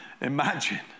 Imagine